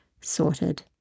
sorted